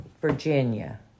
Virginia